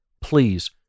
Please